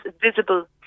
visible